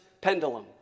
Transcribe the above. pendulum